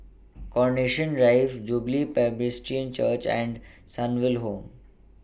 Carnation Drive Jubilee Presbyterian Church and Sunnyville Home